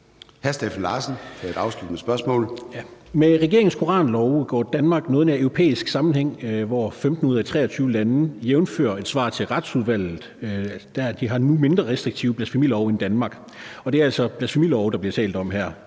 13:13 Steffen Larsen (LA): Med regeringens koranlov går Danmark i en europæisk sammenhæng, hvor 15 ud af 23 lande, jævnfør et svar til Retsudvalget, har mindre restriktive blasfemilove end Danmark – og det er altså blasfemilove, der bliver talt om her